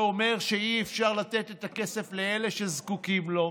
זה אומר שאי-אפשר לתת את הכסף לאלה שזקוקים לו,